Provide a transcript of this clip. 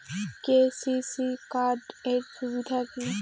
KCC card এর সুবিধা কি?